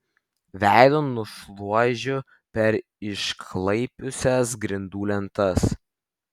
veidu nušliuožiu per išsiklaipiusias grindų lentas